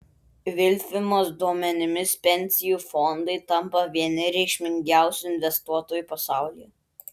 vilfimos duomenimis pensijų fondai tampa vieni reikšmingiausių investuotojų pasaulyje